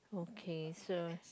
okay so